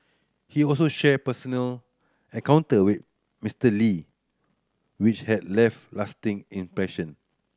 he also shared personal encounter with Mister Lee which have left lasting impression